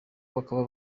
bakaba